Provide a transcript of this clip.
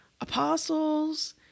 apostles